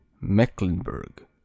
Mecklenburg